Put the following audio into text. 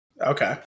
Okay